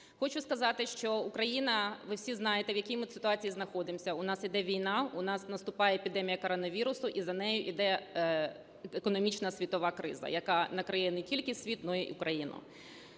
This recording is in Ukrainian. Хочу сказати, що Україна ви всі знаєте, в якій ми ситуації знаходимося. У нас іде війна, у нас наступає епідемія коронавірусу, і за нею іде економічна світова криза, яка накриє не тільки світ, але і Україну.